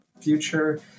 future